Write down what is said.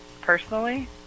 Personally